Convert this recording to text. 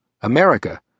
America